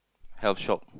health shop